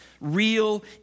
real